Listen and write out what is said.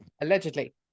Allegedly